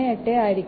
38 ആയിരിക്കും